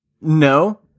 No